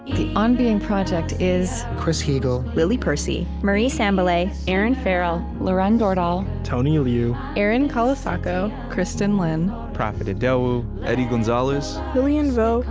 the on being project is chris heagle, lily percy, marie sambilay, erinn farrell, lauren dordal, tony liu, erin colasacco, kristin lin, profit idowu, eddie gonzalez, lilian vo,